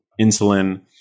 insulin